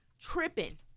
tripping